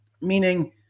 meaning